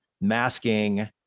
masking